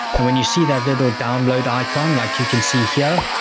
and when you see that little download icon, like you can see here,